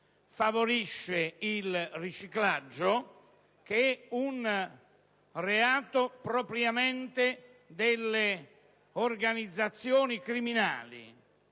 favorisce il riciclaggio, un reato proprio delle organizzazioni criminali.